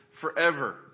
forever